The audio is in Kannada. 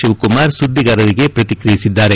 ಶಿವಕುಮಾರ್ ಸುದ್ದಿಗಾರರಿಗೆ ಪ್ರತಿಕ್ರಿಯಿಸಿದ್ದಾರೆ